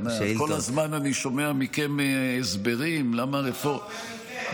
אני כל הזמן שומע מכם הסברים למה הרפורמה,